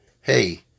hey